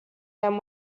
them